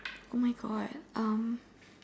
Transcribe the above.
oh my God um